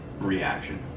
Reaction